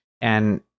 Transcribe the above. And-